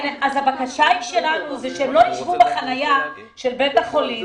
הבקשה שלנו היא שהן לא יישבו בחניה של בית החולים,